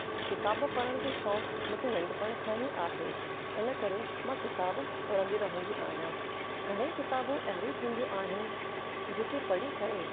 किताब पढ़ण जो शौंक मुखे नंढिपण खां ई आहे इन करे मां किताब पढ़ंदी रहंदी आहियां घणे किताबूं अहिड़ियूं थींदियूं आहिनि जेके पढ़ी करे